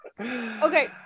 Okay